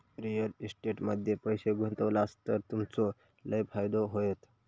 real estate मध्ये पैशे गुंतवलास तर तुमचो लय फायदो होयत